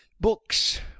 books